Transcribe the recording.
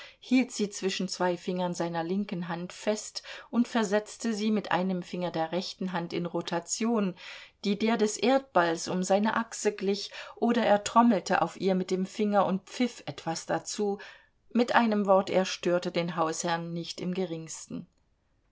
hielt sie zwischen zwei fingern seiner linken hand fest und versetzte sie mit einem finger der rechten hand in rotation die der des erdballs um seine achse glich oder er trommelte auf ihr mit dem finger und pfiff etwas dazu mit einem wort er störte den hausherrn nicht im geringsten